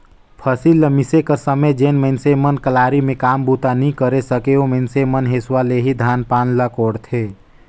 फसिल ल मिसे कर समे जेन मइनसे मन कलारी मे काम बूता नी करे सके, ओ मइनसे मन हेसुवा ले ही धान पान ल कोड़थे